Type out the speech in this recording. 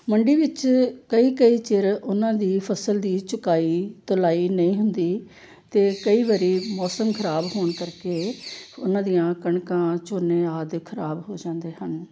ਮੰਡੀ ਵਿੱਚ ਕਈ ਕਈ ਚਿਰ ਉਹਨਾਂ ਦੀ ਫਸਲ ਦੀ ਚੁਕਾਈ ਤੁਲਾਈ ਨਹੀਂ ਹੁੰਦੀ ਅਤੇ ਕਈ ਵਾਰ ਮੌਸਮ ਖਰਾਬ ਹੋਣ ਕਰਕੇ ਉਹਨਾਂ ਦੀਆਂ ਕਣਕਾਂ ਝੋਨੇ ਆਦਿ ਖਰਾਬ ਹੋ ਜਾਂਦੇ ਹਨ